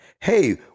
Hey